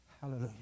Hallelujah